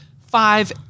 five